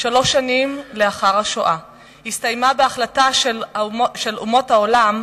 שלוש שנים לאחר השואה הסתיימה בהחלטה של אומות העולם,